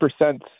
percent